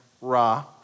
Ra